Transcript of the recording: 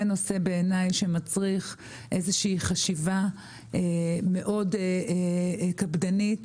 זה נושא שמצריך איזושהי חשיבה מאוד קפדנית.